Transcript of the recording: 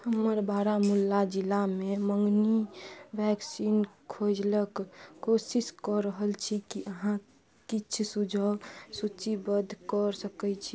हमर बारामूला जिलामे मङ्गनी वैक्सीन खोजलक कोशिश कऽ रहल छी की अहाँ किछु सुझाव सूचीबद्ध कऽ सकय छी